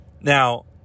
Now